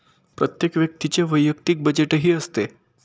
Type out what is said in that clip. प्रत्येक व्यक्तीचे वैयक्तिक बजेटही असते